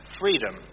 freedom